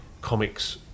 comics